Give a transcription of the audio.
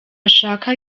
ashaka